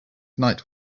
night